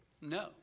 No